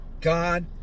God